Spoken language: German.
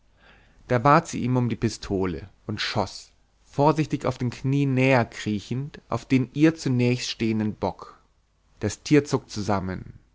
da bat sie ihn um die pistole und schoß vorsichtig auf den knien näherkriechend auf den ihr zunächst stehenden bock das tier zuckt zusammen